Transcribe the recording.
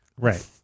Right